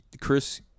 Chris